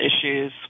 issues